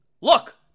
Look